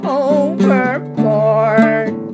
overboard